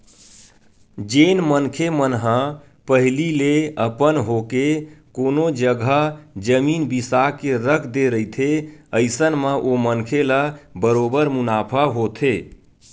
जेन मनखे मन ह पहिली ले अपन होके कोनो जघा जमीन बिसा के रख दे रहिथे अइसन म ओ मनखे ल बरोबर मुनाफा होथे